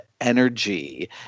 energy